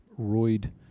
roid